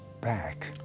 back